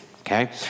okay